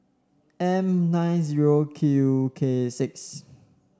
M nine zero Q K six